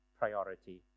priority